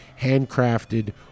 handcrafted